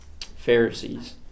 Pharisees